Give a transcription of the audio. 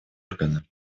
органа